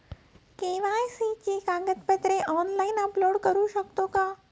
KYC ची कागदपत्रे online upload करू शकतो का?